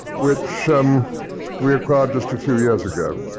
which um we acquired just a few years ago.